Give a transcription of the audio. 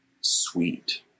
sweet